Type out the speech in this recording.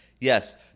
Yes